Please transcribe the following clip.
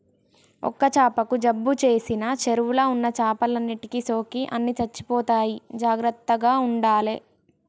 ఒక్క చాపకు జబ్బు చేసిన చెరువుల ఉన్న చేపలన్నిటికి సోకి అన్ని చచ్చిపోతాయి జాగ్రత్తగ ఉండాలే